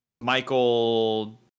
Michael